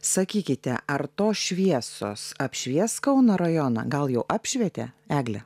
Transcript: sakykite ar tos šviesos apšvies kauno rajoną gal jau apšvietė egle